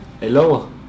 Hello